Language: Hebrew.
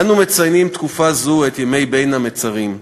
אנו מציינים בתקופה זו את ימי בין המצרים,